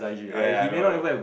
ya ya I know I know